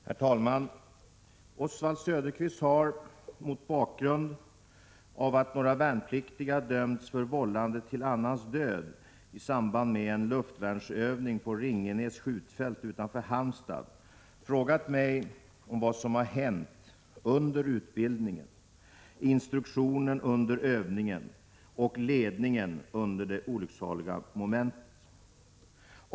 Herr talman! Oswald Söderqvist har — mot bakgrund av att några värnpliktiga dömts för vållande till annans död i samband med en luftvärnsövning på Ringenäs skjutfält utanför Halmstad — frågat mig om vad som har hänt under utbildningen, instruktionen under övningen och ledningen under det olycksaliga momentet.